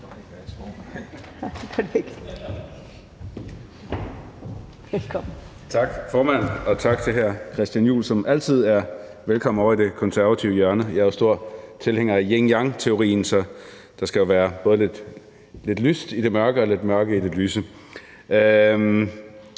det, formand, og tak til hr. Christian Juhl, som altid er velkommen ovre i det konservative hjørne. Jeg er stor tilhænger af yin og yang-teorien, så der skal både være lidt lyst i det mørke og lidt mørkt i det lyse.